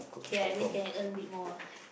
K at least can earn bit more ah